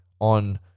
on